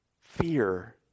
fear